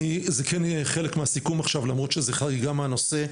זה כן חלק מהסיכום עכשיו למרות שזו חריגה מהנושא,